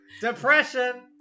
Depression